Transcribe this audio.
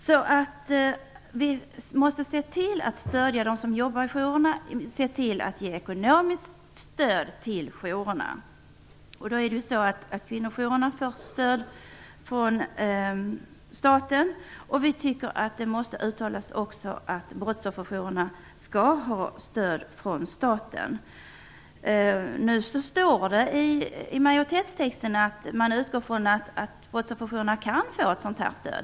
Vi måste alltså se till att stödja dem som jobbar i jourerna och att jourerna får ekonomiskt stöd. Kvinnojourerna får stöd från staten. Vi anser att också brottsofferjourerna skall få stöd från staten. I majoritetstexten utgår man ifrån att brottsofferjourerna kan få ett sådant stöd.